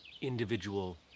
individual